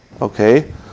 Okay